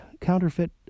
counterfeit